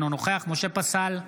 אינו נוכח משה פסל,